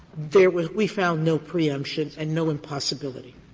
there was we found no preemptions and no impossibility.